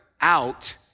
out